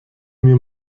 mir